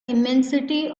immensity